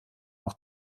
auch